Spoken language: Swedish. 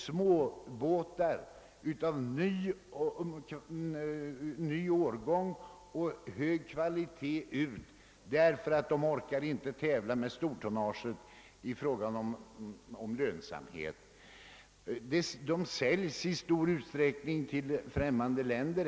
Småbåtar av ny årgång och högre kvalitet slås ut därför att de inte orkar tävla med stortonnaget i fråga om lönsamhet. Det säljes i stor utsträckning till främmande länder.